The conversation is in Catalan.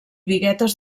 biguetes